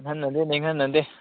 ꯅꯤꯡꯍꯟꯅꯗꯦ ꯅꯤꯡꯍꯟꯅꯗꯦ